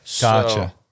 Gotcha